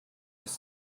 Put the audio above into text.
just